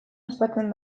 ospatzen